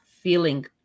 feeling